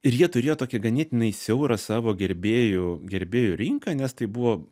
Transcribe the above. ir jie turėjo tokią ganėtinai siaurą savo gerbėjų gerbėjų rinką nes tai buvo